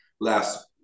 last